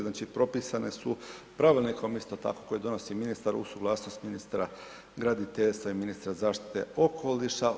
Znači propisane su pravilnikom, isto tako koji donosi ministar uz suglasnost ministra graditeljstva i ministra zaštite okoliša.